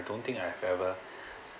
I don't think I've ever